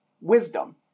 wisdom